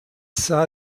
sah